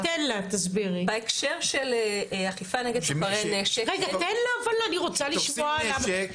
בהקשר של אכיפה נגד סוחרי נשק --- תופסים נשק,